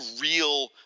real